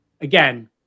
again